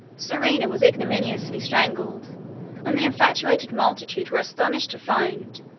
serena was ignominiously strangled and the infatuated multitude were astonished to find,